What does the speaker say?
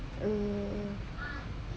uh